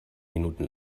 minuten